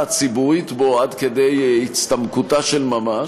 הציבורית בו עד כדי הצטמקותה של ממש,